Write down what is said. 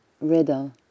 riddle